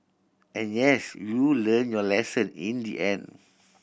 and yes you learnt your lesson in the end